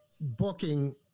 booking